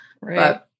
Right